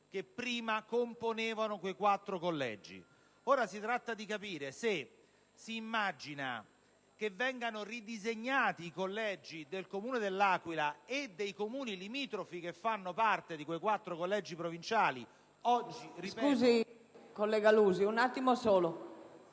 che prima componevano quei quattro collegi. Si tratta di capire se si immagina che vengano ridisegnati i collegi del Comune dell'Aquila e dei Comuni limitrofi che fanno parte di quei quattro collegi provinciali... (*Brusìo)*.